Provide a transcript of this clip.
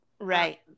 Right